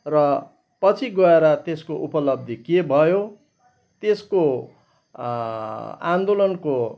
र पछि गएर त्यसको उपलब्धि के भयो त्यसको आन्दोलनको